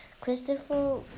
Christopher